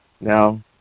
Now